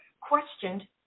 questioned